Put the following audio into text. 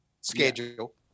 schedule